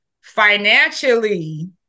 financially